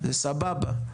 זה סבבה,